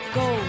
go